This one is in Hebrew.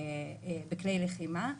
בכלי לחימה.